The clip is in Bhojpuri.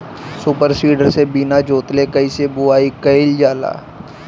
सूपर सीडर से बीना जोतले कईसे बुआई कयिल जाला?